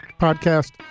Podcast